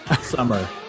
summer